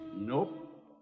Nope